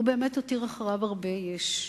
הוא באמת הותיר אחריו הרבה יש,